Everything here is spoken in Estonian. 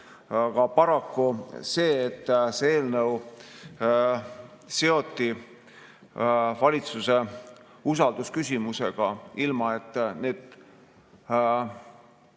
Aga paraku see, et see eelnõu seoti valitsuse usaldusküsimusega, ilma et need